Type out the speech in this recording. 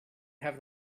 have